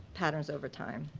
patterns over time.